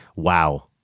wow